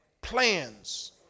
Plans